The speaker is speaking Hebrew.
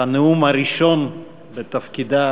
על הנאום הראשון בתפקידה,